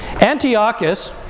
Antiochus